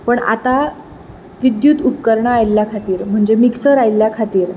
पूण आतां विद्युत उपकरणां आयिल्ल्या खातीर म्हणजे मिक्सर आयिल्ल्या खातीर